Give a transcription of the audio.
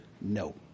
no